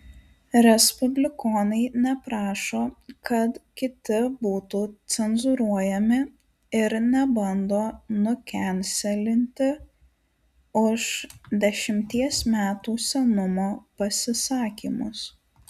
respublikonai neprašo kad kiti būtų cenzūruojami ir nebando nukenselinti už dešimties metų senumo pasisakymus